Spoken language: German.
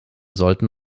sollten